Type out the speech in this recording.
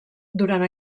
durant